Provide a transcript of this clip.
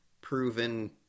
proven